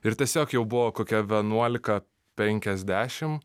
ir tiesiog jau buvo kokia vienuolika penkiasdešim